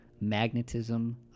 magnetism